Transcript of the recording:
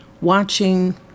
watching